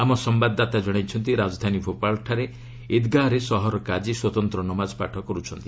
ଆମ ସମ୍ଭାଦଦାତା ଜଣାଇଛନ୍ତି ରାଜଧାନୀ ଭୋପାଳଠାରେ ଇଦ୍ଗାହରେ ସହର କାଜୀ ସ୍ୱତନ୍ତ୍ର ନମାଜପାଠ କର୍ରଛନ୍ତି